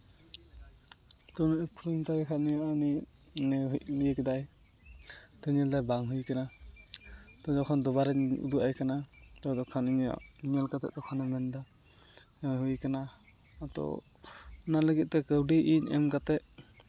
ᱛᱚ ᱩᱱᱤ ᱮᱯ ᱠᱷᱩᱞᱟᱹᱣᱤᱧ ᱢᱮᱛᱟ ᱫᱮ ᱠᱷᱟᱱ ᱱᱩᱭ ᱢᱟ ᱩᱱᱤ ᱤᱱᱟᱹ ᱤᱭᱟᱹ ᱠᱮᱫᱟᱭ ᱛᱚ ᱧᱮᱞᱫᱟᱭ ᱵᱟᱝ ᱦᱩᱭ ᱠᱟᱱᱟ ᱛᱚ ᱡᱚᱠᱷᱚᱱ ᱫᱩᱵᱟᱨᱤᱧ ᱩᱫᱩᱜᱼᱟᱭ ᱠᱟᱱᱟ ᱛᱚ ᱫᱚᱠᱟᱱ ᱤᱧᱟᱹᱜ ᱧᱮᱞ ᱠᱟᱛᱮᱫ ᱛᱚᱠᱷᱚᱱᱮᱭ ᱢᱮᱱᱫᱟ ᱡᱮ ᱦᱩᱭ ᱠᱟᱱᱟ ᱚᱛᱚ ᱚᱱᱟ ᱞᱟᱹᱜᱤᱫ ᱛᱮ ᱠᱟᱹᱣᱰᱤ ᱤᱧ ᱮᱢ ᱠᱟᱛᱮᱫ